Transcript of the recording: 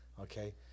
okay